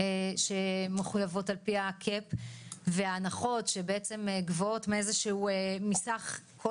שמחויבות על פי הקאפ וההנחות שגבוהות מסך כל